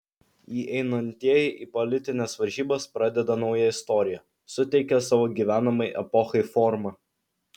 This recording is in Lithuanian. įeinantieji į politines varžybas pradeda naują istoriją suteikia savo gyvenamai epochai formą